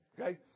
Okay